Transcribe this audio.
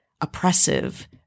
oppressive